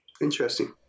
interesting